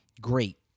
Great